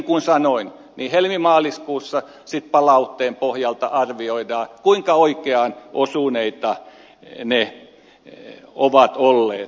ja niin kuin sanoin helmimaaliskuussa sitten palautteen pohjalta arvioidaan kuinka oikeaan osuneita ne ovat olleet